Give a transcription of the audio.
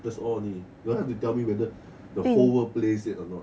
that's all only don't have to tell me whether the whole world plays it or not